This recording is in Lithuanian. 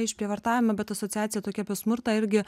išprievartavimą bet asociacija tokia apie smurtą irgi